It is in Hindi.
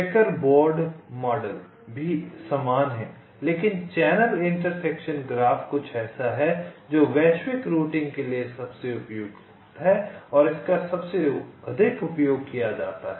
चेकर बोर्ड मॉडल भी समान है लेकिन चैनल इंटरसेक्शन ग्राफ कुछ ऐसा है जो वैश्विक रूटिंग के लिए सबसे उपयुक्त है और इसका सबसे अधिक उपयोग किया जाता है